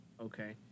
Okay